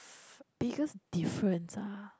biggest difference ah